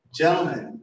gentlemen